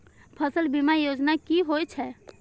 फसल बीमा योजना कि होए छै?